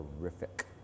terrific